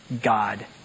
God